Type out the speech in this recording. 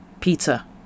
pizza